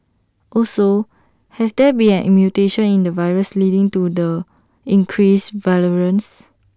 also has there been A mutation in the virus leading to the increased virulence